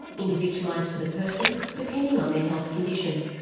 individualised to the person, depending on their health condition.